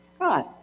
God